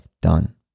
done